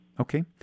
Okay